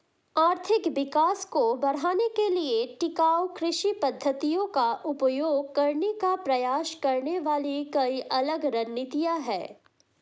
आर्थिक विकास को बढ़ाने के लिए टिकाऊ कृषि पद्धतियों का उपयोग करने का प्रयास करने वाली कई अलग रणनीतियां हैं